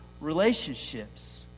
relationships